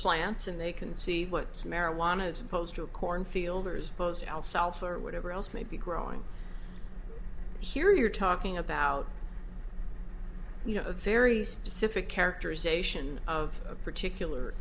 plants and they can see what's marijuana as opposed to a cornfield hers pose health south or whatever else may be growing here you're talking about you know a very specific characterization of a particular